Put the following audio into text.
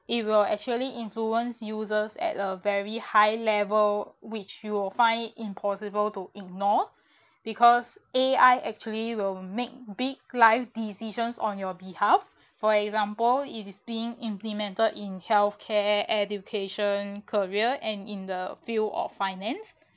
it will actually influence users at a very high level which you will find it impossible to ignore because A_I actually will make big life decisions on your behalf for example it is being implemented in health care education career and in the field of finance